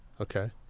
Okay